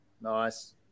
Nice